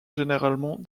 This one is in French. généralement